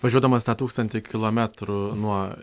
važiuodamas tą tūkstantį kilometrų nuo